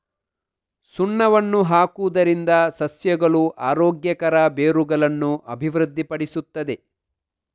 ಸುಣ್ಣವನ್ನು ಹಾಕುವುದರಿಂದ ಸಸ್ಯಗಳು ಆರೋಗ್ಯಕರ ಬೇರುಗಳನ್ನು ಅಭಿವೃದ್ಧಿಪಡಿಸುತ್ತವೆ